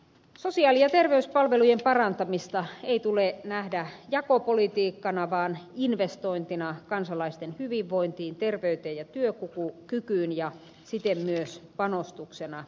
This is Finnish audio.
sosiaali ja terveyspalvelujen parantamista ei tule nähdä jakopolitiikkana vaan investointina kansalaisten hyvinvointiin terveyteen ja työkykyyn ja siten myös panostuksena talouskasvuun